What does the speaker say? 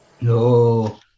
No